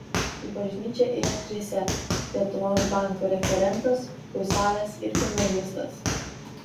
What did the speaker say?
į bažnyčią ėjo trise lietuvos banko referentas husaras ir gimnazistas